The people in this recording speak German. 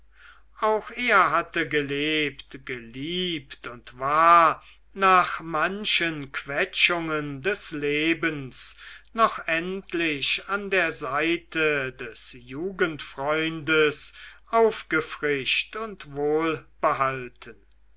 auch er hatte gelebt geliebt und war nach manchen quetschungen des lebens noch endlich an der seite des jugendfreundes aufgefrischt und